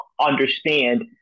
understand